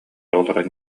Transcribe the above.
олорон